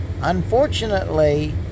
unfortunately